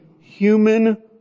human